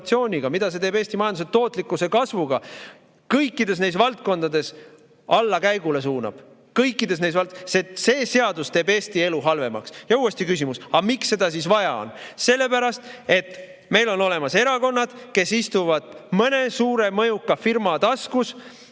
Mida see teeb Eesti majanduse tootlikkuse kasvuga? Kõikides nendes valdkondades suunab see allakäigule! Kõikides nendes! See seadus teeb Eesti elu halvemaks. Ja uuesti küsimus: aga miks seda vaja on? Sellepärast, et meil on olemas erakonnad, kes istuvad mõne suure mõjuka firma taskus,